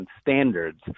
standards